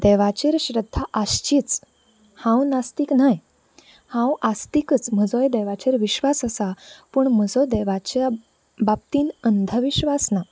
देवाचेर श्रद्धा आसचीच हांव नास्तीक न्हय हांव आस्तिकच म्हजोय देवाचेर विश्वास आसा पूण म्हजो देवाच्या बाबतीन अंधविश्वास ना